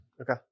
okay